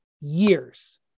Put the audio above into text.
years